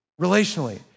relationally